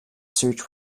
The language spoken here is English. search